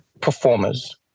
performers